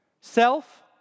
Self